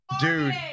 Dude